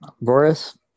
Boris